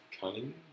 cunning